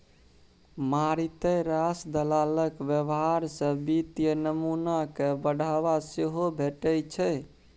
मारिते रास दलालक व्यवहार सँ वित्तीय नमूना कए बढ़ावा सेहो भेटै छै